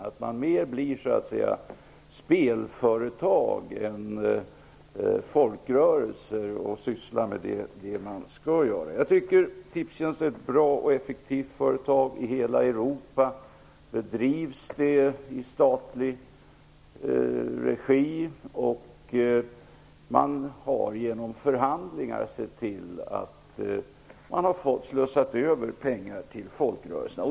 Det blir mer av spelföretag än av folkrörelser, och man sysslar med det som man skall göra. Tipstjänst är ett bra och effektivt företag överallt i Europa. Det drivs i statlig regi. Man har genom förhandlingar sett till att pengar har slussats över till folkrörelserna.